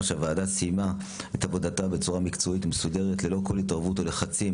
שהוועדה סיימה את עבודתה בצורה מקצועית ומסודרת ללא כל התערבות או לחצים.